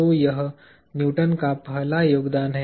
तो यह न्यूटन का पहला योगदान है